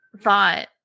thought